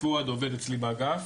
עובד ערבי אחד עובד אצלי באגף.